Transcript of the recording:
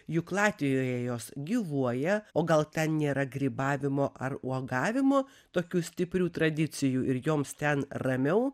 juk latvijoje jos gyvuoja o gal ten nėra grybavimo ar uogavimo tokių stiprių tradicijų ir joms ten ramiau